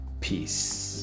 Peace